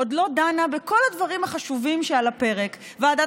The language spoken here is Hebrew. עוד לא דנה בכל הדברים החשובים שעל הפרק: ועדת